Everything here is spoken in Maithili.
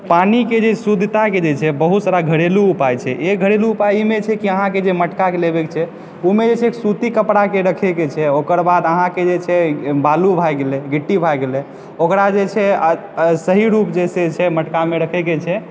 पानी के जे शुद्धता के जे छै बहुत सारा घरेलू उपाय छै एक घरेलू उपाय इ छै की अहाँके जे छै मटका ओ मे जे छै एक सूती कपड़ा के रखय के छै ओकर बाद अहाँके जे छै बालू भए गेलै गिट्टी भए गेलै ओकरा जे छै सही रूप जे छै मटका मे रखय के छै